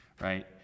right